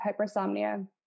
hypersomnia